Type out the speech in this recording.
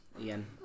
again